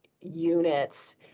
units